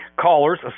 Caller's